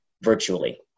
virtually